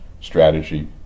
strategy